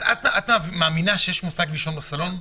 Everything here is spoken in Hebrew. את מאמינה שיש דבר כזה לישון בסלון,